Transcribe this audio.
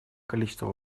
количество